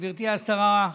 גברתי השרה,